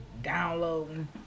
Downloading